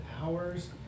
hours